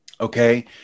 Okay